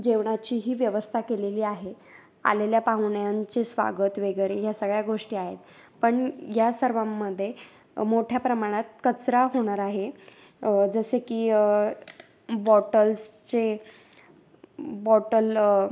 जेवणाचीही व्यवस्था केलेली आहे आलेल्या पाहुण्यांचे स्वागत वगैरे या सगळ्या गोष्टी आहेत पण या सर्वांमध्ये मोठ्या प्रमाणात कचरा होणार आहे जसे की बॉटल्सचे बॉटल